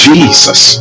Jesus